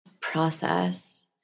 process